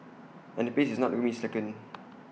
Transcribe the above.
and the pace is not going slacken